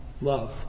love